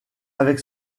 avec